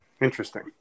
Interesting